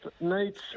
nights